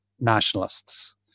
nationalists